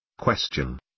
Question